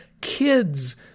kids